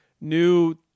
new